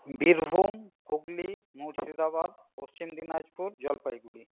Birbhum Hooghly Murshidabad Paschim Dinajpur Jalpaiguri